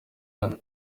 aya